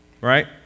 right